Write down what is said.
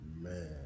man